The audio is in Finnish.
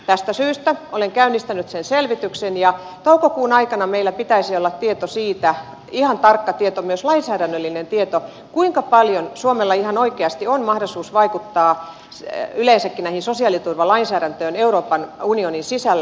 tästä syystä olen käynnistänyt sen selvityksen ja toukokuun aikana meillä pitäisi olla ihan tarkka tieto myös lainsäädännöllinen tieto siitä kuinka paljon suomella ihan oikeasti on mahdollisuus vaikuttaa yleensäkin tähän sosiaaliturvalainsäädäntöön euroopan unionin sisällä